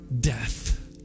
death